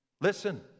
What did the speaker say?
Listen